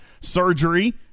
surgery